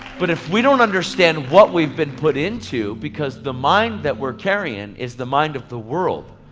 but if we don't understand what we've been put into because the mind that we're carrying is the mind of the world,